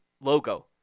logo